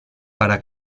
para